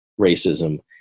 racism